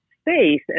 space